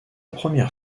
première